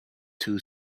two